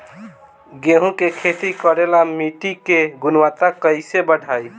गेहूं के खेती करेला मिट्टी के गुणवत्ता कैसे बढ़ाई?